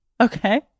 Okay